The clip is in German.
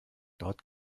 dort